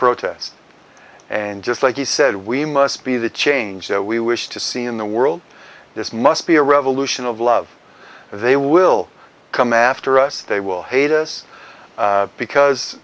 protest and just like he said we must be the change that we wish to see in the world this must be a revolution of love they will come after us they will hate us because